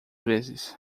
vezes